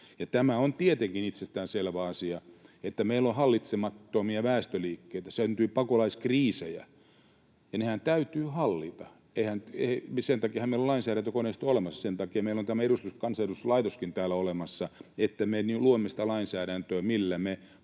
Tämä on tietenkin itsestään selvä asia, että meillä on hallitsemattomia väestöliikkeitä. Syntyy pakolaiskriisejä, ja nehän täytyy hallita. Senhän takia meillä on lainsäädäntökoneisto olemassa. Sen takia meillä on tämä kansanedustuslaitoskin täällä olemassa, että me luomme sitä lainsäädäntöä, millä me hallitsemme